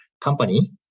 company